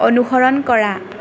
অনুসৰণ কৰা